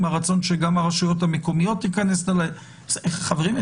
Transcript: הרצון שגם הרשויות המקומיות תיכנסנה חברים,